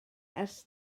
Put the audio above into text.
ers